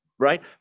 right